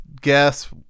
guess